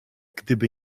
gdyby